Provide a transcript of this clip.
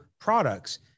products